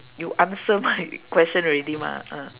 you answer my question already mah ah